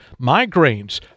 migraines